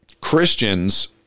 Christians